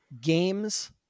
games